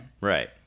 Right